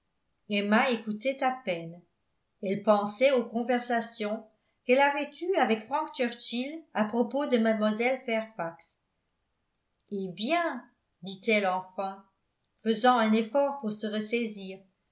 emma écoutait à peine elle pensait aux conversations qu'elle avait eues avec frank churchill à propos de mlle fairfax eh bien dit-elle enfin faisant un effort pour se ressaisir